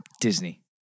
Disney